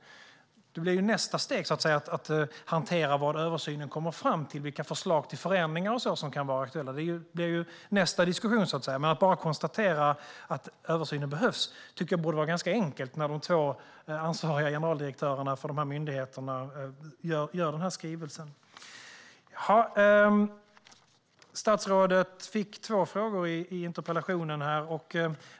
Sedan blir ju nästa steg att hantera vad översynen kommer fram till och vilka förslag till förändringar som kan vara aktuella - det är så att säga nästa diskussion - men att bara konstatera att översynen behövs tycker jag borde vara ganska enkelt när de två ansvariga generaldirektörerna för myndigheterna lämnar denna skrivelse. Statsrådet fick två frågor i interpellationen.